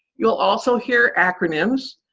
you'll also hear acronyms.